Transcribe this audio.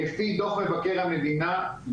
לפי דוח מבקש המדינה,